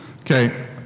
Okay